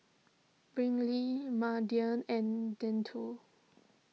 Brylee Mardell and Denton